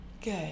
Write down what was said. Good